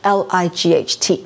l-i-g-h-t